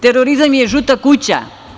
Terorizam je žuta kuća.